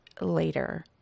later